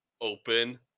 open